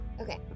Okay